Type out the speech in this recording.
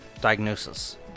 Diagnosis